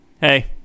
hey